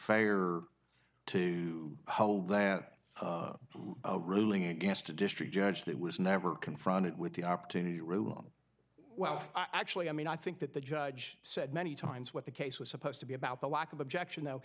fair to hold that ruling against a district judge that was never confronted with the opportunity to rule on well actually i mean i think that the judge said many times what the case was supposed to be about the lack of objection though